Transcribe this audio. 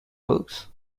works